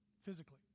Physically